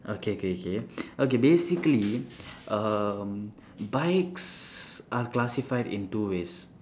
okay K K basically um bikes are classified in two ways